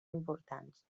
importants